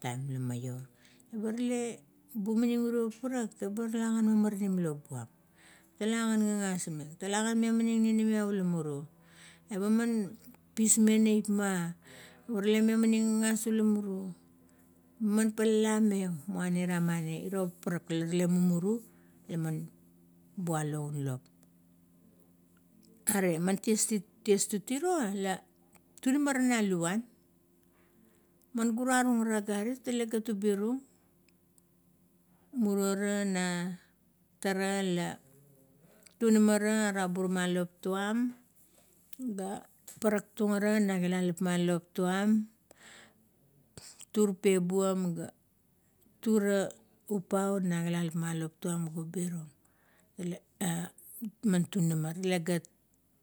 taim la maio. Barale bumaning urio paparak ga ga la gan mamaranim lop buam, tala gan gagas meng, tala gan memaning ninimiap ula muru, eba man pesmeng neipma tale memaning gagas ula mumuru, man palalameng, muana ira mani iro paparak la rale mumuru, la man bualo un lop. Are man ties tung tiro la tunamar na luvuan, man gura ru ara agarit, ta le gat ubi rung. Muro ra na tara la tunama ra rabura ma lop tuam, ga parak tung ara na tilalap ma lop tuam, tur pepum ga tura upau na kilalap ma lop tuam ga ubi rung ma tunama tale gat.